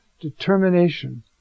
determination